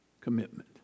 commitment